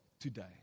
today